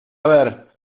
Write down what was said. ver